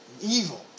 evil